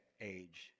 age